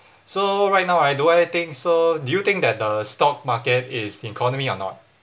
so right now right do I thing so do you think that the stock market is economy or not